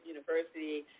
University